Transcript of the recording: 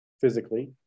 physically